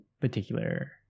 particular